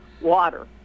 water